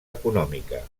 econòmica